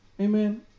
Amen